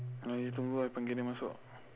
ah you tunggu I panggil dia masuk